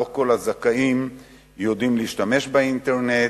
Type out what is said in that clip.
לא כל הזכאים יודעים להשתמש באינטרנט,